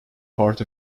part